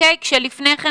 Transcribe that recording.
כשלפני כן,